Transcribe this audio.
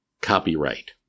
copyright